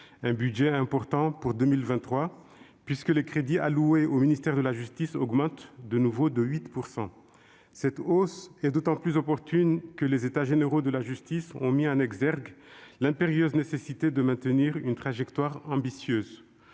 un budget important pour 2023, puisque les crédits alloués au ministère de la justice augmentent de nouveau de 8 %. Cette hausse est d'autant plus opportune que les États généraux de la justice ont mis en exergue l'impérieuse nécessité de maintenir une trajectoire ambitieuse.